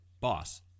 boss